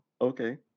okay